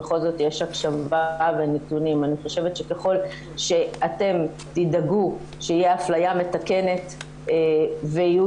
אני חושבת שככל שאתם תדאגו שתהיה אפליה מתקנת ויהיו